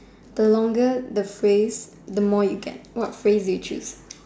the longer the phrase the more you get what phrase do you choose